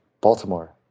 Baltimore